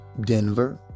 Denver